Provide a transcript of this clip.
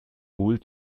wohl